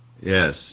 Yes